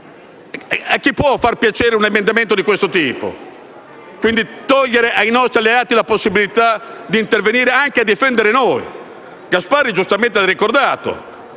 A chi può far piacere un emendamento di questo tipo che priva i nostri alleati della possibilità di intervenire anche a difendere noi? Il collega Gasparri giustamente l'ha ricordato: